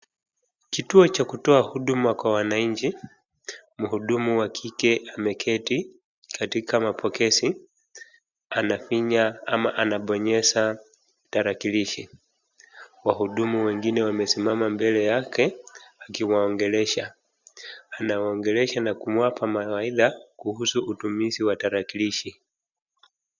Kituo cha kutoa huduma kwa wananchi, mhudumu wa kike ameketi katika mapokezi, anafinya ama anabonyeza tarakilishi. wahudumu wengine wamesimama mbele yake akiwaongelesha. Anawaongelesha na kuwapa mawaidha kuhusu utumizi wa tarakilishi.